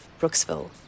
brooksville